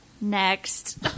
next